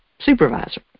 supervisor